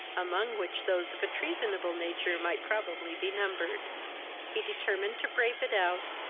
among which those of a treasonable nature might probably be numbered he determined to brave it out,